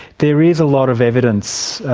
there is a lot of evidence,